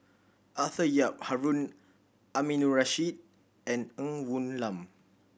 Arthur Yap Harun Aminurrashid and Ng Woon Lam